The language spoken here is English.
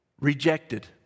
Rejected